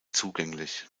zugänglich